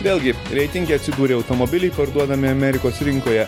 vėlgi reitinge atsidūrė automobiliai parduodami amerikos rinkoje